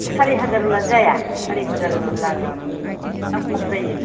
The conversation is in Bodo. सारि हाजारब्ला जाया सारि हाजार लादो ना खमद्रायो